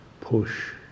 push